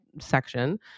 section